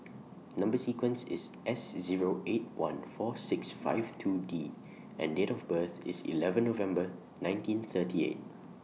Number sequence IS S Zero eight one four six five two D and Date of birth IS eleven November nineteen thirty eight